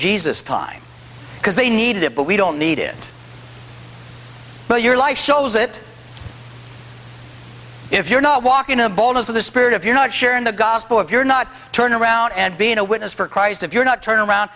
jesus time because they needed it but we don't need it but your life shows it if you're not walking the boldness of the spirit if you're not sharing the gospel if you're not turn around and being a witness for christ if you're not turn around